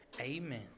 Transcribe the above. amen